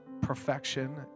perfection